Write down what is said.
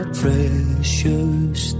precious